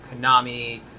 konami